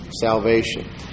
salvation